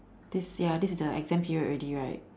this ya this is the exam period already right